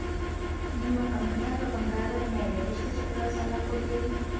ನಿಮ್ಮ ಕಂಪನ್ಯಾಗ ಬಂಗಾರದ ಮ್ಯಾಲೆ ಎಷ್ಟ ಶೇಕಡಾ ಸಾಲ ಕೊಡ್ತಿರಿ?